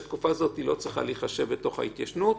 אותה הצעה שהתכוונו להכניס את דגימות הקול.